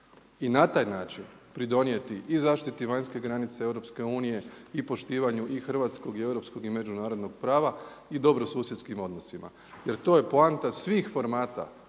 i na taj način pridonijeti i zaštiti vanjske granice EU i poštivanju i hrvatskog i europskog i međunarodnog prava i dobro susjedskim odnosima. Jer to je poanta svih formata